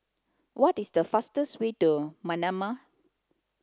what is the fastest way to Manama